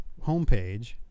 homepage